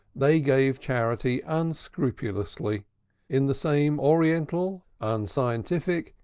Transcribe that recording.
they gave charity unscrupulously in the same oriental, unscientific,